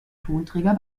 tonträger